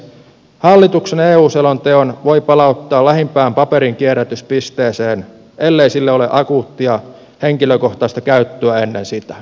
hallituksen eu selonteon voi palauttaa lähimpään paperinkierrätyspisteeseen ellei sille ole akuuttia henkilökohtaista käyttöä ennen sitä